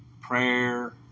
prayer